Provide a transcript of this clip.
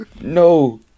No